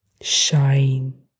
shine